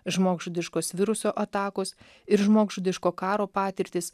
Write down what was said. žmogžudiškos viruso atakos ir žmogžudiško karo patirtys